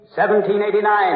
1789